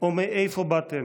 או מאיפה באתם,